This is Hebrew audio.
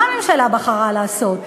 מה הממשלה בחרה לעשות?